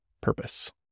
Purpose